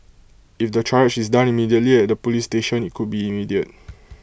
if the triage is done immediately at the Police station IT could be immediate